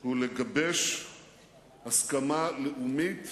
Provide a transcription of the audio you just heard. זה לגבש הסכמה לאומית